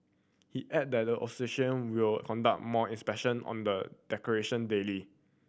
he added that the association will conduct more inspection on the decoration daily